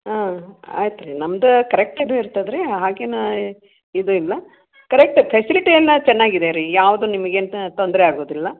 ಹಾಂ ಆಯ್ತು ರೀ ನಮ್ದು ಕರೆಕ್ಟ್ ಇದು ಇರ್ತದೆ ರೀ ಹಾಗೇನು ಇದು ಇಲ್ಲ ಕರೆಕ್ಟ್ ಫೆಸಿಲಿಟಿ ಎಲ್ಲ ಚೆನ್ನಾಗಿದೆ ರೀ ಯಾವುದು ನಿಮ್ಗೆ ಎಂತ ತೊಂದರೆ ಆಗುವುದಿಲ್ಲ